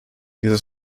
dieses